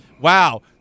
Wow